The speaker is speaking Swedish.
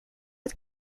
att